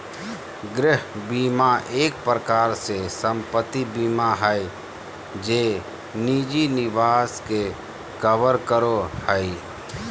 गृह बीमा एक प्रकार से सम्पत्ति बीमा हय जे निजी निवास के कवर करो हय